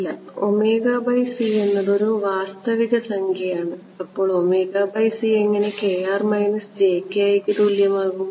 ഇല്ല omega by c എന്നത് ഒരു വാസ്തവിക സംഖ്യയാണ് അപ്പോൾ ഒമേഗ by c എങ്ങനെ k r minus j k i ക്ക് തുല്യമാകും